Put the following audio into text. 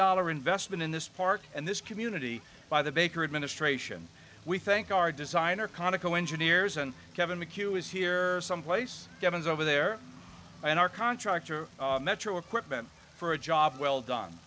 dollars investment in this park and this community by the baker administration we thank our designer conoco engineers and kevin mchugh is here someplace devons over there and our contractor metro equipment for a job well done